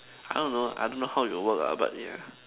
I don't know I don't know how it will work lah but yeah